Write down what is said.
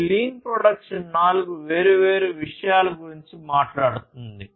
ఈ lean production నాలుగు వేర్వేరు విషయాల గురించి మాట్లాడుతుంది